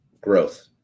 growth